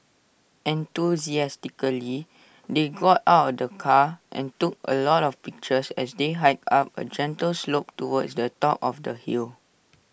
enthusiastically they got out of the car and took A lot of pictures as they hiked up A gentle slope towards the top of the hill